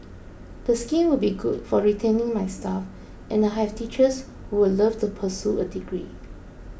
the scheme would be good for retaining my staff and I have teachers who would love to pursue a degree